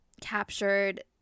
captured